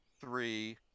three